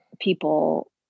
people